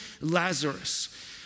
Lazarus